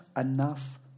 enough